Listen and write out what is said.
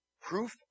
Proof